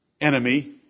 enemy